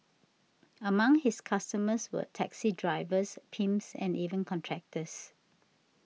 among his customers were taxi drivers pimps and even contractors